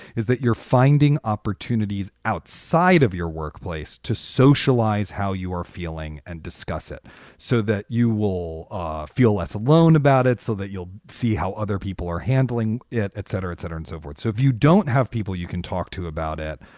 is that you're finding opportunities outside of your workplace to socialize how you are feeling and discuss it so that you will ah feel less alone about it, so that you'll see how other people are handling it, etc, etc, and so forth. so if you don't have people you can talk to about it,